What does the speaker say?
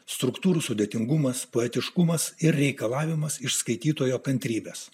struktūrų sudėtingumas poetiškumas ir reikalavimas iš skaitytojo kantrybės